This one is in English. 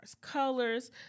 colors